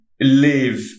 live